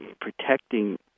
protecting